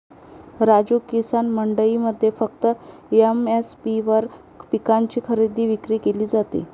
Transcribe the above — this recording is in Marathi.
राजू, किसान मंडईमध्ये फक्त एम.एस.पी वर पिकांची खरेदी विक्री केली जाते